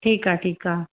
ठीकु आहे ठीकु आहे